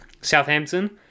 Southampton